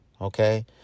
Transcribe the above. okay